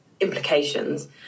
implications